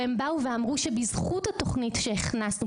הן באו ואמרו שבזכות התוכניות שהכנסנו,